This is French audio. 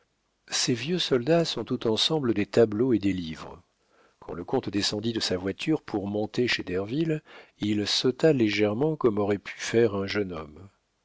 ces vieux soldats sont tout ensemble des tableaux et des livres quand le comte descendit de sa voiture pour monter chez derville il sauta légèrement comme aurait pu faire un jeune homme